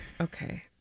Okay